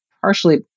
partially